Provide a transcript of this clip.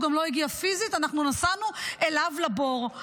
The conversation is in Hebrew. הוא גם לא הגיע פיזית, אנחנו נסענו אליו לבור.